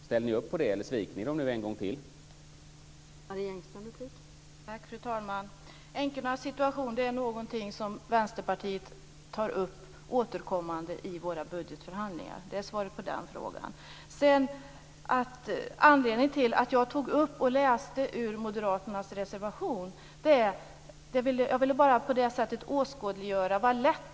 Ställer ni upp på det, eller sviker ni dem en gång till nu?